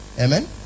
Amen